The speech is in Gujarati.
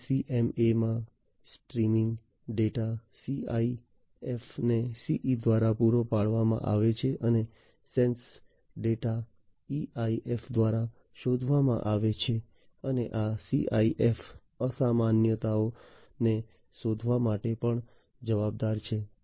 SDCMA માં સ્ટ્રીમિગ ડેટા EIF ને CE દ્વારા પૂરો પાડવામાં આવે છે અને સેન્સ ડેટા EIF દ્વારા શોધવામાં આવે છે અને આ EIF અસામાન્યતાને શોધવા માટે પણ જવાબદાર છે